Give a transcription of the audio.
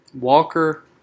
Walker